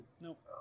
Nope